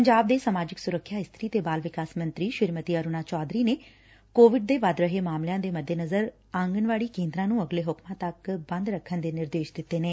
ਪੰਜਾਬ ਦੇ ਸਮਾਜਿਕ ਸੁਰੱਖਿਆ ਇਸਤਰੀ ਅਤੇ ਬਾਲ ਵਿਕਾਸ ਮੰਤਰੀ ਸ੍ਰੀਮਤੀ ਅਰੁਣਾ ਚੌਧਰੀ ਨੇ ਕੋਵਿਡ ਦੇ ਵੱਧ ਰਹੇ ਮਾਮਲਿਆਂ ਦੇ ਮੱਦੇਨਜ਼ਰ ਆਂਗਣਵਾੜੀ ਕੇਂਦਰਾਂ ਨੂੰ ਅਗਲੇ ਹੁਕਮਾਂ ਤੱਕ ਬੰਦ ਰੱਖਣ ਦੇ ਨਿਰਦੇਸ਼ ਦਿੱਤੇ ਨੇ